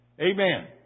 Amen